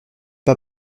pas